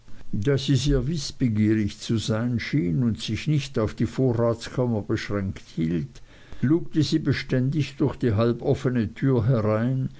da sie sehr wißbegierig zu sein schien und sich nicht auf die vorratskammer beschränkt hielt lugte sie beständig durch die halboffene tür herein